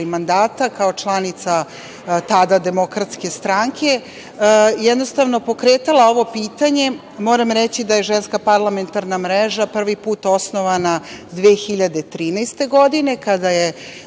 mandata kao članica tada Demokratske stranke, jednostavno pokretala ovo pitanje. Moram reći da je Ženska parlamentarna mreža prvi put osnovana 2013. godine, kada je